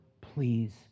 please